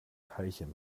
teilchen